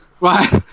Right